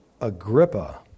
Agrippa